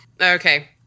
Okay